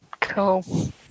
Cool